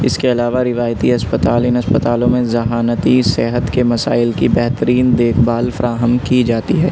اس کے علاوہ روایتی اسپتال ان اسپتالوں میں ذہانتی صحت کے مسائل کی بہترین دیکھ بھال فراہم کی جاتی ہے